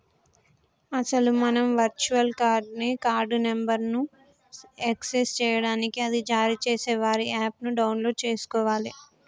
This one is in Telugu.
అసలు మనం వర్చువల్ కార్డ్ ని కార్డు నెంబర్ను యాక్సెస్ చేయడానికి అది జారీ చేసే వారి యాప్ ను డౌన్లోడ్ చేసుకోవాలి